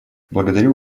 благодарю